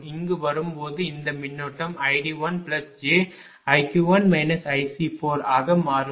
இங்கு வரும்போது இந்த மின்னோட்டம் id1j ஆக மாறும்